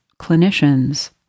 clinicians